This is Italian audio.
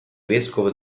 vescovo